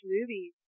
movies